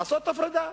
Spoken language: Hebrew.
לעשות הפרדה.